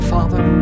Father